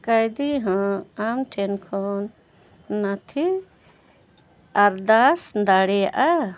ᱠᱟᱭᱫᱷᱤ ᱦᱚᱸ ᱟᱢ ᱴᱷᱮᱱ ᱠᱷᱚᱱ ᱱᱚᱛᱷᱤᱭ ᱟᱨᱫᱟᱥ ᱫᱟᱲᱮᱭᱟᱜᱼᱟ